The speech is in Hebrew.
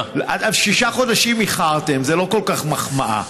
בשישה חודשים איחרתם, זו לא כל כך מחמאה,